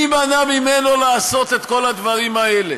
מי מנע ממנו לעשות את כל הדברים האלה?